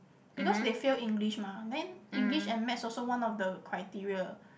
because they failed English mah then English and Maths is also one of the criteria